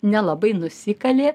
nelabai nusikalė